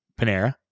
Panera